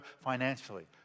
financially